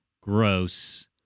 gross